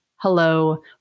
hello